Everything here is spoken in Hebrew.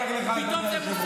פעם אחת אמת.